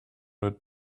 that